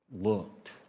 looked